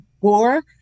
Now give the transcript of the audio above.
War